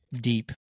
deep